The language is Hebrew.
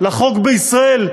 לחוק בישראל,